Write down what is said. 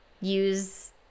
use